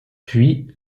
puis